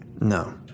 No